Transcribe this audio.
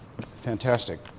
fantastic